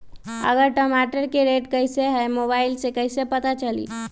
आज टमाटर के रेट कईसे हैं मोबाईल से कईसे पता चली?